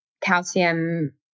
calcium